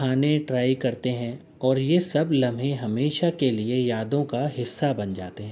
کھانے ٹرائی کرتے ہیں اور یہ سب لمحے ہمیشہ کے لیے یادوں کا حصہ بن جاتے ہیں